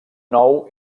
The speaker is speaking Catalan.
nou